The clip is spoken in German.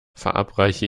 verabreiche